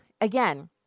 Again